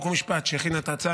חוק ומשפט שהכינה את ההצעה,